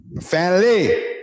family